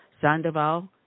Sandoval